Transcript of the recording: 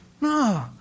No